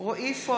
(קוראת בשם חבר הכנסת) רועי פולקמן,